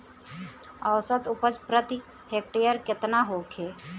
औसत उपज प्रति हेक्टेयर केतना होखे?